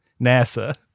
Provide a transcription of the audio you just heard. NASA